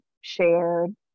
shared